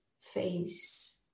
face